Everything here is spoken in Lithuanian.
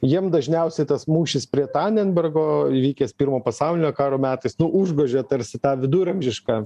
jiem dažniausiai tas mūšis prie tanenbergo įvykęs pirmo pasaulinio karo metais nu užgožė tarsi tą viduramžišką